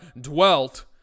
dwelt